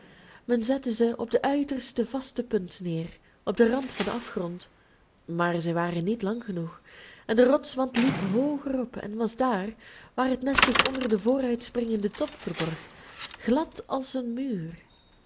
men zette ze op de uiterste vaste punt neer op den rand van den afgrond maar zij waren niet lang genoeg en de rotswand liep hooger op en was daar waar het nest zich onder den vooruitspringenden top verborg glad als een muur